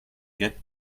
get